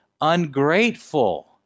ungrateful